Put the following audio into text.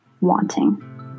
wanting